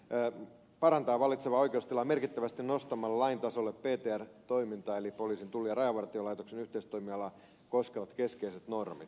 päätin parantaa vallitsevaa oikeustilaa merkittävästi nostamalla lain tasolle ptr toimintaa eli poliisin tullin ja rajavartiolaitoksen yhteistoimialaa koskevat keskeiset normit